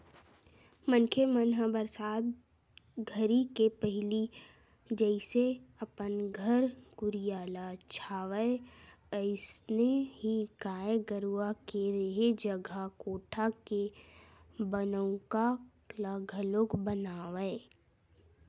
मनखे मन ह बरसात घरी के पहिली जइसे अपन घर कुरिया ल छावय अइसने ही गाय गरूवा के रेहे जघा कोठा के बनउका ल घलोक बनावय